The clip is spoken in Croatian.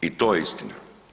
I to je istina.